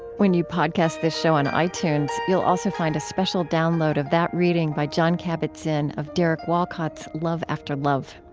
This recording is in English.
when you podcast this show on itunes, you'll also find a special download of that reading by jon kabat-zinn, of derek walcott's love after love.